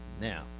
Now